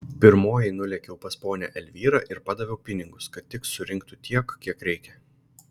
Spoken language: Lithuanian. pirmoji nulėkiau pas ponią elvyrą ir padaviau pinigus kad tik surinktų tiek kiek reikia